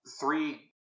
three